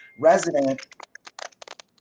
resident